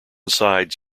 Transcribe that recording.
sides